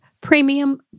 Premium